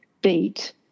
beat